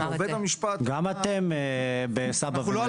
גם אתם בסבא ונסה.